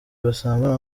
basambana